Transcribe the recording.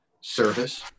Service